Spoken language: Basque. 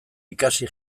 ikasi